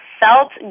felt